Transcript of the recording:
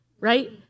Right